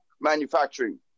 manufacturing